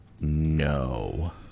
No